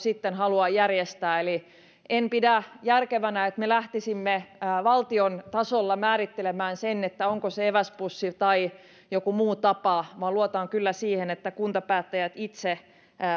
haluavat järjestää en pidä järkevänä että me lähtisimme valtion tasolla määrittelemään sen onko se eväspussi tai joku muu tapa vaan luotan kyllä siihen että kuntapäättäjät itse